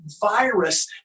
virus